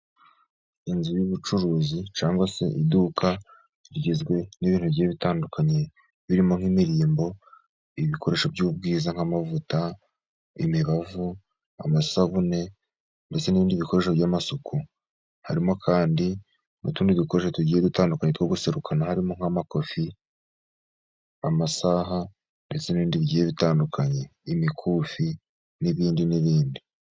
Inzu y'ubucuruzi cyangwa se iduka rigizwe n'ibintu bigiye bitandukanye birimo nk'imirimbo, ibikoresho by'ubwiza nk'amavuta, imibavu, amasabune ndetse n'ibindi bikoresho by'amasuka, harimo kandi n'utundi dukoresho tugiye dutandukanye two guserukana, harimo nk'amakofi, amasaha ndetse n'ibindi bigiye bitandukanye imikufi n'ibindi n'ibindi.